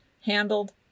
Handled